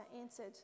answered